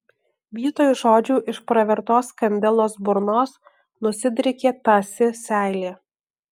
vietoj žodžių iš pravertos kandelos burnos nusidriekė tąsi seilė